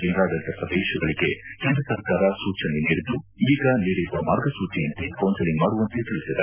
ಕೇಂದ್ರಾಡಳಿತ ಪ್ರದೇಶಗಳಿಗೆ ಕೇಂದ್ರ ಸರ್ಕಾರ ಸೂಚನೆ ನೀಡಿದ್ದು ಈಗ ನೀಡಿರುವ ಮಾರ್ಗಸೂಚಿಯಂತೆ ಕೌನ್ಪೆಲಿಂಗ್ ಮಾಡುವಂತೆ ತಿಳಿಸಿದೆ